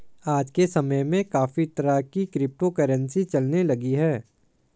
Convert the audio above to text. आज के समय में काफी तरह की क्रिप्टो करंसी चलने लगी है